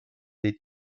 des